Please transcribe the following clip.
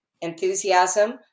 enthusiasm